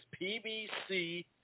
PBC